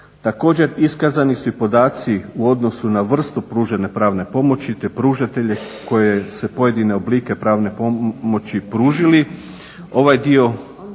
Također iskazani su podaci u odnosu na vrstu pružene pravne pomoći te pružatelje koje se pojedine oblike pravne pomoći pružili. Ovaj dio